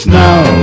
now